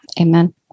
amen